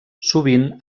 sovint